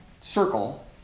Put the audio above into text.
circle